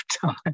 time